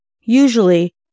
Usually